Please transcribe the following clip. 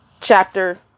chapter